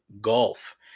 golf